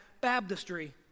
baptistry